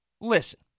Listen